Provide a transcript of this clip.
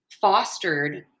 fostered